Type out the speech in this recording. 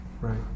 Right